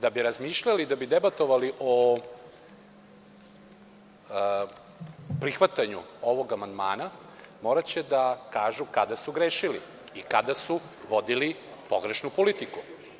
Da bi razmišljali, da bi debatovali o prihvatanju ovog amandmana, moraće da kažu kada su grešili i kada su vodili pogrešnu politiku.